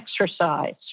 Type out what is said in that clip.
exercise